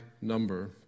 number